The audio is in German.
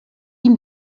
ihm